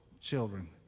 children